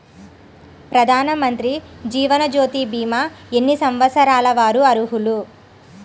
ప్రధానమంత్రి జీవనజ్యోతి భీమా ఎన్ని సంవత్సరాల వారు అర్హులు?